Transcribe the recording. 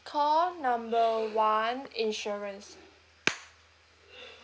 call number one insurance